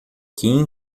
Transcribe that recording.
kim